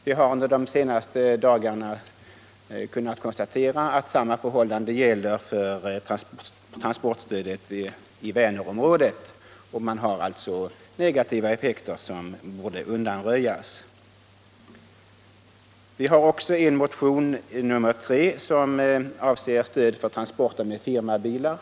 Vi har under de senaste dagarna kunnat konstatera att samma förhållande i fråga om transportstödet gäller för Vänerområdet, och även där borde negativa effekter kunna undanröjas. Den andra reservationen av moderata samlingspartiet, nr 3, avser stöd för transporter med firmabilar.